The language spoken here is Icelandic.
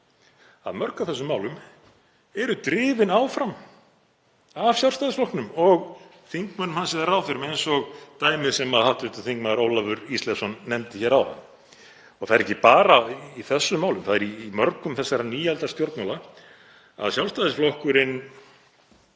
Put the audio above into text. að mörg af þessum málum eru drifin áfram af Sjálfstæðisflokknum og þingmönnum hans eða ráðherrum eins og dæmið sem hv. þm. Ólafur Ísleifsson nefndi áðan. Og það er ekki bara í þessum málum. Það er í mörgum þessara nýaldarstjórnmála að Sjálfstæðisflokkurinn